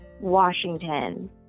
Washington